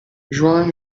juan